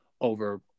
over